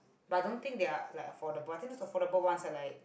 but don't think they are like affordable I think those affordable ones are like